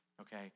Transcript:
okay